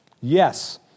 yes